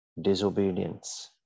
Disobedience